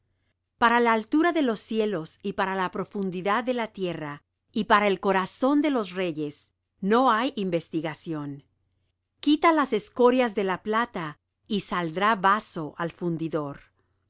para la altura de los cielos y para la profundidad de la tierra y para el corazón de los reyes no hay investigación quita las escorias de la plata y saldrá vaso al fundidor